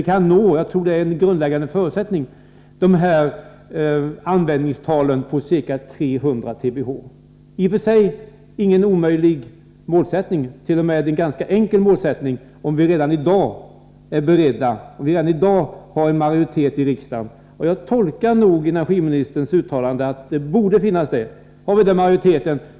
Jag tror att en grundläggande förutsättning är att vi kan nå användningstal på ca 300 TWh. Det är i och för sig ingen omöjlig målsättning. Det ärt.o.m. en ganska enkel målsättning om vi redan i dag har en majoritet i riksdagen — och jag tolkar energiministerns uttalande så att vi borde ha det.